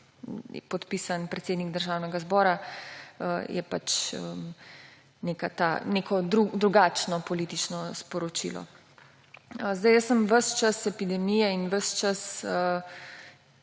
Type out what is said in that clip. podpisan predsednik Državnega zbora in je to neko drugačno politično sporočilo. Jaz sem ves čas epidemije in ves čas